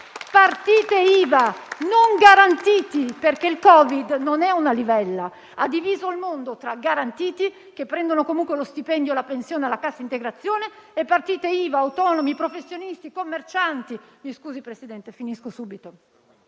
partite IVA, non garantiti, perché il Covid non è una livella: ha diviso il mondo tra garantiti, che prendono comunque lo stipendio, la pensione o la cassa integrazione, e partite IVA, autonomi, professionisti, commercianti, che non prendono niente.